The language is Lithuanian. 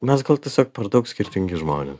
mes gal tiesiog per daug skirtingi žmonės